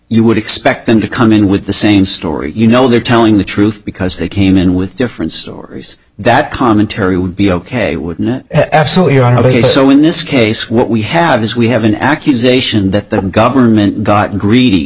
you would expect them to come in with the same story you know they're telling the truth because they came in with different stories that commentary would be ok wouldn't it absolutely are ok so in this case what we have is we have an accusation that the government got greedy